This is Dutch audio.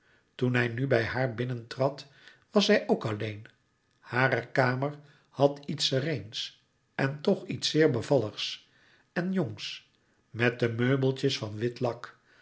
toen hij nu bij haar binnentrad was zij ook alleen hare kamer had iets sereens en toch iets zeer bevalligs en jongs met de meubeltjes van wit lak